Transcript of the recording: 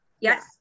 yes